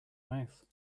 mouth